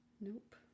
nope